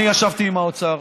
אני ישבתי עם האוצר,